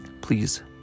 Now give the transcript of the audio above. please